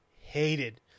hated